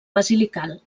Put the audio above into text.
basilical